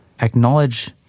acknowledge